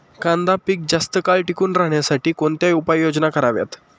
कांदा पीक जास्त काळ टिकून राहण्यासाठी कोणत्या उपाययोजना कराव्यात?